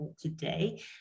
today